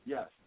Yes